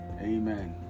Amen